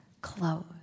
close